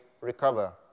recover